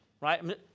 right